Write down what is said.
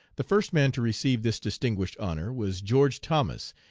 the first man to receive this distinguished honor was george thomas,